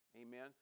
Amen